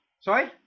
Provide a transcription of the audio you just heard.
Sorry